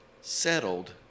settled